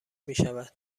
میشود